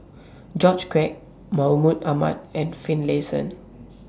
George Quek Mahmud Ahmad and Finlayson